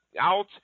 out